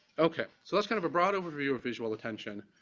okay. so, that's kind of a broad overview of visual attention.